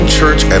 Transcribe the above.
Church